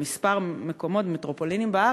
בכמה מקומות ומטרופולינים בארץ,